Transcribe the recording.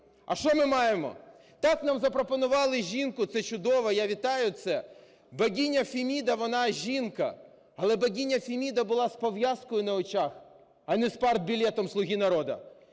А що ми маємо? Так, нам запропонували жінку – це чудово, я вітаю це. Богиня Феміда – вона жінка. Але богиня Феміда була з пов'язкою на очах, а не з партбілетом "Слуги народу".